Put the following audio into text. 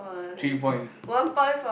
three point